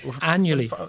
annually